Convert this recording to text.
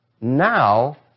now